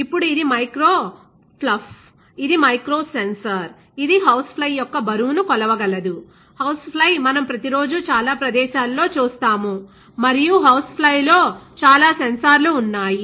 ఇప్పుడు ఇది micro fluff ఇది మైక్రో సెన్సార్ ఇది హౌస్ఫ్లై యొక్క బరువును కొలవగలదు హౌస్ఫ్లై మనం ప్రతిరోజూ చాలా ప్రదేశాలలో చూస్తాము మరియు హౌస్ఫ్లై లో చాలా సెన్సార్లు ఉన్నాయి